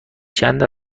چند